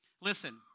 Listen